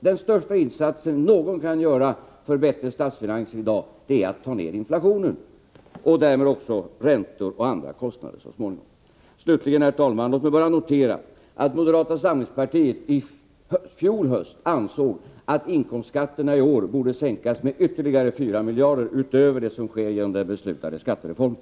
Den största insats någon kan göra för att vi skall få bättre statsfinanser i dag är att ta ned inflationen och därmed så småningom också räntor och andra kostnader. Herr talman! Låt mig slutligen notera att moderata samlingspartiet i fjol höst ansåg att inkomstskatterna i år borde sänkas med ytterligare 4 miljarder kronor utöver vad som blir följden av den beslutade skattereformen.